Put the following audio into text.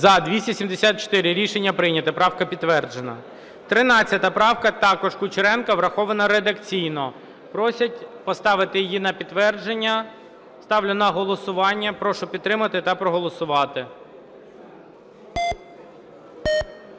За-274 Рішення прийнято. Правка підтверджена. 13 правка, також Кучеренко. Врахована редакційно. Просять поставити її на підтвердження. Ставлю на голосування. Прошу підтримати та проголосувати.